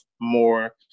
more